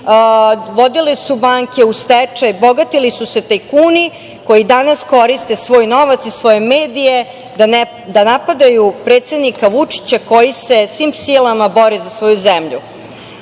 vodile su banke u stečaj, bogatili su se tajkuni koji danas koriste svoj novac i svoje medije da napadaju predsednika Vučića, koji se svim silama bori za svoju